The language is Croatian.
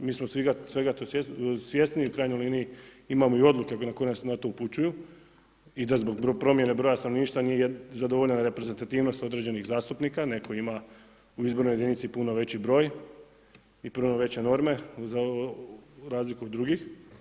Mi smo svega tu svjesni u krajnjoj liniji imamo i odluke koje nas na to upućuju i da zbog promjena broja stanovništva nije zadovoljena reprezentativnost određenih zastupnika, netko ima u izbornoj jedinici puno veći broj i puno veće norme za razliku od drugih.